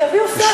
שיביאו ספר,